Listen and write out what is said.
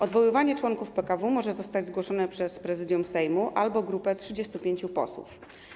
Odwoływanie członków PKW może zostać zgłoszone przez Prezydium Sejmu albo grupę 35 posłów.